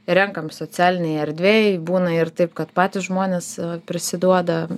renkam socialinėj erdvėj būna ir taip kad patys žmonės prisiduoda